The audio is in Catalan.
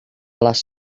les